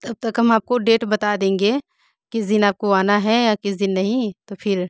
तब तक हम आपको डेट बता देंगे किस दिन आपको आना है या किस नहीं तो फिर